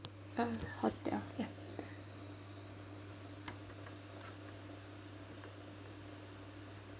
uh hotel ya